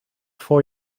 voor